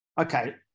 Okay